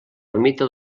ermita